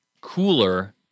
cooler